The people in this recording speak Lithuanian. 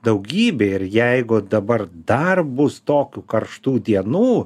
daugybė ir jeigu dabar dar bus tokių karštų dienų